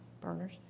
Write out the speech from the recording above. burners